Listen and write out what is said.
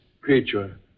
creature